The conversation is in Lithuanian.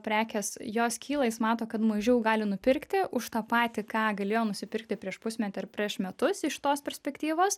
prekės jos kyla jis mato kad mažiau gali nupirkti už tą patį ką galėjo nusipirkti prieš pusmetį ar prieš metus iš tos perspektyvos